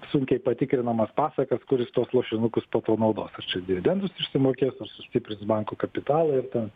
sunkiai patikrinamas pasakas kur jis tuos lašinukus po to naudos ar čia dividendus išsimokės ar sustiprins bankų kapitalą ir ten